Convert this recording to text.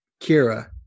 Kira